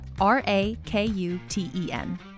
R-A-K-U-T-E-N